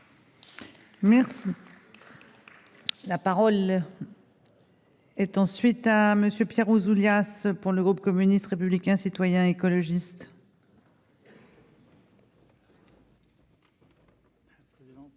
Merci, la parole. Est ensuite à monsieur Pierre Ouzoulias pour le groupe communiste, républicain, citoyen écologiste. Madame